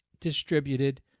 distributed